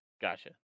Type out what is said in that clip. Gotcha